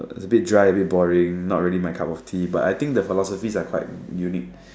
a bit dry a bit boring not really my cup of tea but I think the philosophies are quite unique